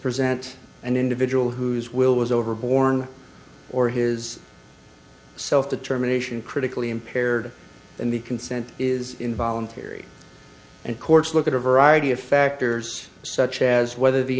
present an individual whose will was over born or his self determination critically impaired and the consent is involuntary and courts look at a variety of factors such as whether the